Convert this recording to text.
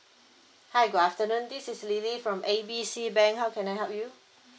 hi good afternoon this is lily from A B C bank how can I help you